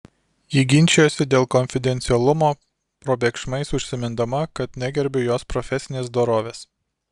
ji ginčijosi dėl konfidencialumo probėgšmais užsimindama kad negerbiu jos profesinės dorovės